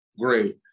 Great